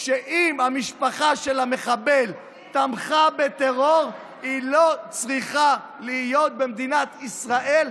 היא שאם המשפחה של המחבל תמכה בטרור היא לא צריכה להיות במדינת ישראל,